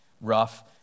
rough